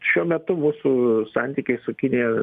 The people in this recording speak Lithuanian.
šiuo metu mūsų santykiai su kinija